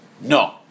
No